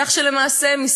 כך שלמעשה,